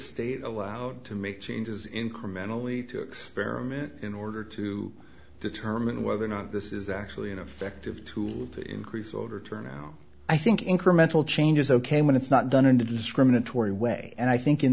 state allowed to make changes incrementally to experiment in order to determine whether or not this is actually an effective tool to increase voter turnout i think incremental change is ok when it's not done in a discriminatory way and i think in